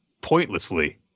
pointlessly